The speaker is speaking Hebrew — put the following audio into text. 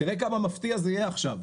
תראה כמה מפתיע זה יהיה עכשיו,